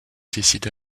décide